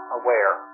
aware